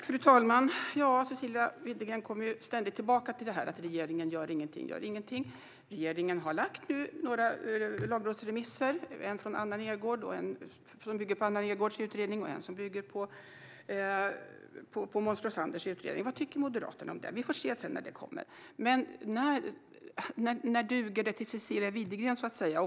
Fru talman! Cecilia Widegren kommer ständigt tillbaka till detta att regeringen inte gör någonting. Regeringen har nu lagt fram två lagrådsremisser, en som bygger på Anna Nergårdhs utredning och en som bygger på Måns Roséns utredning. Vad tycker Moderaterna om dessa? När duger det för Cecilia Widegren?